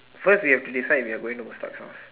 first you have to decide if we are going start off